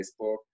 Facebook